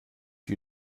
you